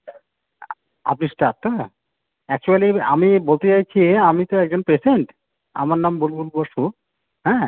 আপনি স্টাফ না অ্যাকচ্যুয়ালি আমি বলতে চাইছি আমি তো একজন পেশেন্ট আমার নাম মুনমুন বসু হ্যাঁ